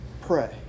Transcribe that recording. pray